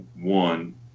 one